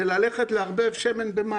זה ללכת לערבב שמן במים.